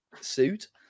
suit